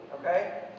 okay